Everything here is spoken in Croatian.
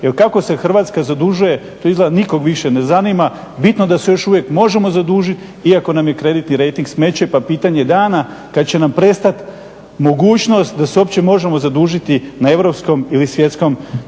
Jer kako se Hrvatska zadužuje to izgleda nikog više ne zanima. Bitno da se još uvijek možemo zadužiti iako nam je kreditni reiting smeće pa pitanje dana kada će nam prestati mogućnost da se uopće možemo zadužiti na europskom ili svjetskom tržištu.